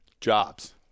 jobs